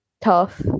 tough